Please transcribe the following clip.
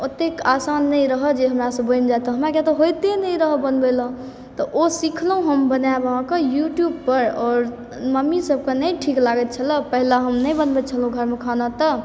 ओतेक आसान नहि रहै जे हमरासँ बनि जाइत हमरा किया तऽ होइते नहि रहै बनबै लए तऽ ओ सीखलहुँ हम बनेबाक यूट्यूबपर आओर ममी सबके नहि ठीक लागै छल पहिले हम नहि बनबै छलहुँ हम घरमे खाना तऽ